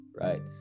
right